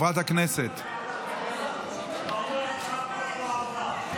אתה אומר שהצעת החוק לא עברה.